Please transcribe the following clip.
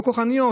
לא כוחניות,